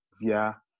via